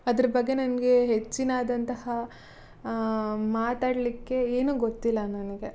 ಅದ್ರ ಬಗ್ಗೆ ನನಗೆ ಹೆಚ್ಚಿನ್ದಾದಂತಹ ಮಾತಾಡಲಿಕ್ಕೆ ಏನೂ ಗೊತ್ತಿಲ್ಲ ನನಗೆ